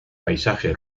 paisaje